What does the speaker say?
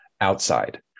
outside